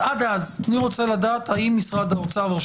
אז עד אז אני רוצה לדעת האם משרד האוצר ורשות